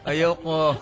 Ayoko